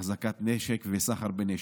החזקת נשק וסחר בנשק.